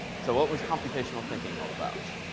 so what was computational thinking all about?